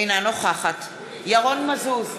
אינה נוכחת ירון מזוז,